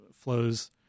flows